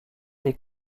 des